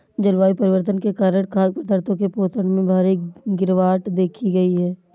जलवायु परिवर्तन के कारण खाद्य पदार्थों के पोषण में भारी गिरवाट देखी गयी है